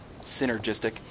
synergistic